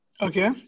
Okay